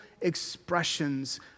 expressions